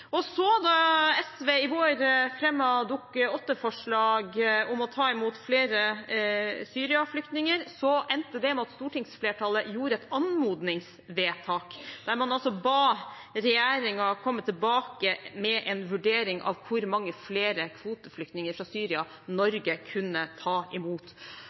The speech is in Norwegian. ned. Så, da SV i vår fremmet Dokument 8-forslag om å ta imot flere syriske flyktninger, endte det med at stortingsflertallet gjorde et anmodningsvedtak, der man ba regjeringen komme tilbake med en vurdering av hvor mange flere kvoteflyktninger fra Syria Norge kunne ta imot.